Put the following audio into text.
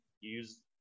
use